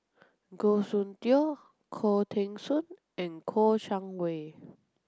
Goh Soon Tioe Khoo Teng Soon and Kouo Shang Wei